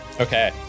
Okay